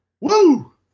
woo